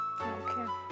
Okay